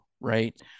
right